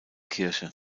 kirche